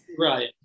Right